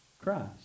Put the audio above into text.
Christ